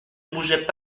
bougeaient